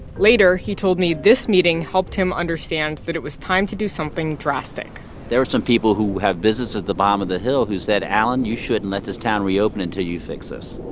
later, he told me this meeting helped him understand that it was time to do something drastic there were some people who have business at the bottom of the hill who said, allan, you shouldn't let this town reopen until you fix this.